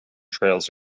trails